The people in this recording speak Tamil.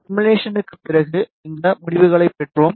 சிமுலேஷன்க்கு பிறகு இந்த முடிவுகளைப் பெற்றோம்